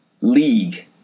league